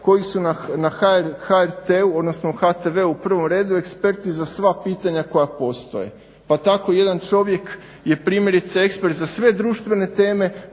koji su na HRT-u, odnosno HTV-u u prvom redu eksperti za sva potanja koja postoje. Pa tako jedan čovjek je primjerice ekspert za sve društvene teme,